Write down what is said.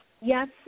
yes